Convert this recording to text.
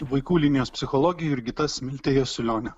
vaikų linijos psichologė jurgita smiltė jasiulionė